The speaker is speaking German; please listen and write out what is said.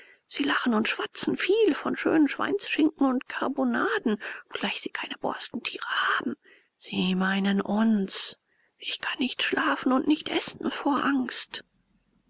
sie lachen und schwatzen viel von schönen schweinsschinken und karbonaden obgleich sie keine borstentiere haben sie meinen uns ich kann nicht schlafen und nicht essen vor angst